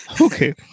okay